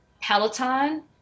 Peloton